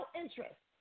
interest